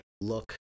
look